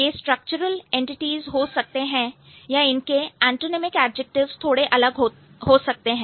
ये structural entities हो सकते हैं या इनके एंटोनिमिक एडजेक्टिव्स थोड़े अलग हो सकते हैं